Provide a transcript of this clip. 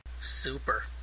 Super